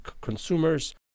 consumers